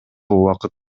убакыт